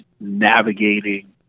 navigating